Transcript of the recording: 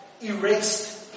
Erased